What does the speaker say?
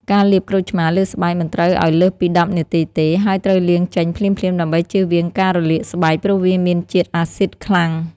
ការលាបក្រូចឆ្មារលើស្បែកមិនត្រូវឲ្យលើសពី ១០ នាទីទេ ហើយត្រូវលាងចេញភ្លាមៗដើម្បីជៀសវាងការរលាកស្បែក ព្រោះវាមានជាតិអាស៊ីដខ្លាំង។